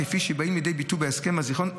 כפי שבאים לביטוי בהסכם הזיכיון,